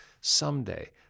Someday